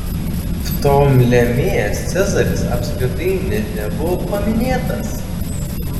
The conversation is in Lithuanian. ptolemėjas cezaris apskritai net nebuvo paminėtas